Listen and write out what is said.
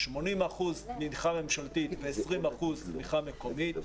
80% תמיכה ממשלתית ו-20% תמיכה מקומית,